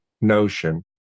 notion